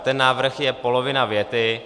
Ten návrh je polovina věty.